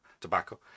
tobacco